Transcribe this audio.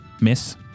Miss